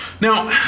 Now